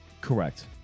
Correct